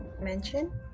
mention